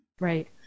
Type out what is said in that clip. Right